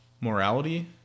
morality